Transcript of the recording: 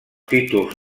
títols